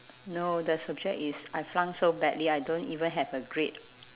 no the subject is I flunk so badly I don't even have a grade